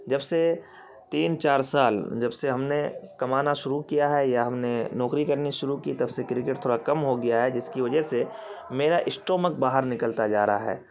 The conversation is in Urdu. جب سے تین چار سال جب سے ہم نے کمانا شروع کیا ہے یا ہم نے نوکری کرنی شروع کی تب سے کرکٹ تھوڑا کم ہو گیا ہے جس کی وجہ سے میرا اسٹومک باہر نکلتا جا رہا ہے